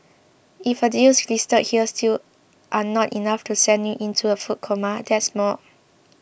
if the deals listed here still are not enough to send you into a food coma there's more